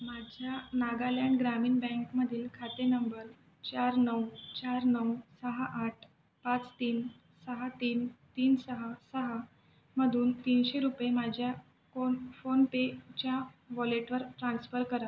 माझ्या नागालँड ग्रामीण बँकमध्ये खाते नंबर चार नऊ चार नऊ सहा आठ पाच तीन सहा तीन तीन सहा सहामधून तीनशे रुपये माझ्या फोन फोनपेच्या वॉलेटवर ट्रान्स्फर करा